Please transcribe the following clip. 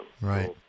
Right